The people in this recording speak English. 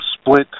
split